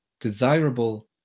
desirable